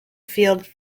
field